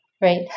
right